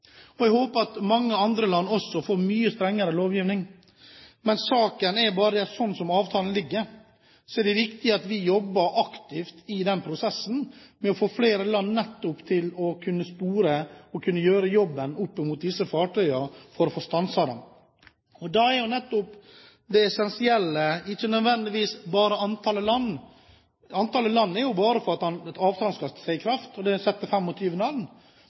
Norge. Jeg håper at mange andre land også får mye strengere lovgivning. Men saken er at slik avtalen er, er det viktig at vi jobber aktivt i prosessen med å få flere land til å spore og gjøre jobben opp mot disse fartøyene for å få stanset dem. Da er nettopp det essensielle ikke nødvendigvis bare antallet land, antallet land er bare for at avtalen skal tre i kraft, med 25 land. Det